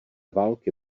války